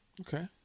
okay